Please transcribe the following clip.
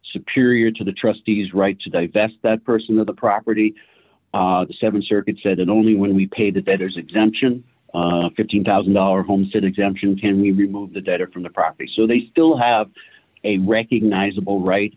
superior to the trustees right to divest that person of the property the th circuit said and only when we paid the feathers exemption fifteen thousand dollars homestead exemption ten we remove the debtor from the property so they still have a recognizable right